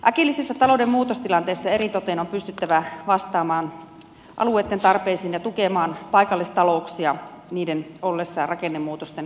äkillisissä talouden muutostilanteissa eritoten on pystyttävä vastaamaan alueitten tarpeisiin ja tukemaan paikallistalouksia niiden ollessa rakennemuutosten kourissa